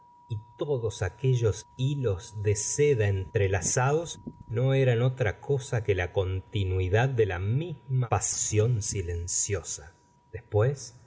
y todos aquellos hilos de seda entrelazados efferegetegitige te ewel gustavo flaubert no eran otra cosa que la continuidad de la misma pasión silenciosa después